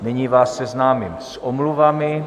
Nyní vás seznámím s omluvami.